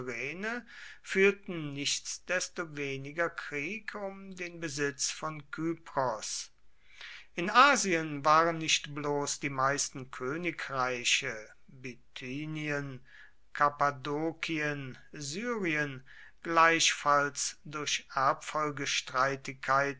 führten nichtsdestoweniger krieg um den besitz von kypros in asien waren nicht bloß die meisten königreiche bithynien kappadokien syrien gleichfalls durch